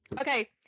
Okay